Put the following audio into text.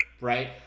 right